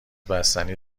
بستنی